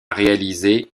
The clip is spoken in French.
réalisé